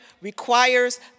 requires